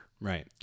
Right